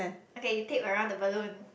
okay you tape around the balloon